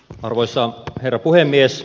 arvoisa herra puhemies